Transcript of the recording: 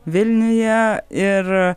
vilniuje ir